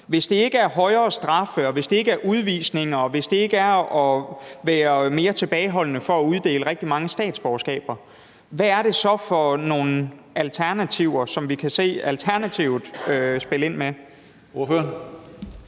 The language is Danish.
hvis det ikke er at være mere tilbageholdende med at uddele statsborgerskaber, hvad er det så for nogle alternativer, som vi kan se Alternativet spille ind med?